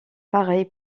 pareil